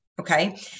Okay